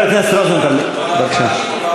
בבקשה,